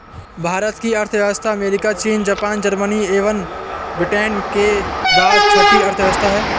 भारत की अर्थव्यवस्था अमेरिका, चीन, जापान, जर्मनी एवं ब्रिटेन के बाद छठी अर्थव्यवस्था है